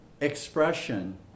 expression